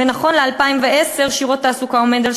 ונכון ל-2010 שיעור התעסוקה עומד על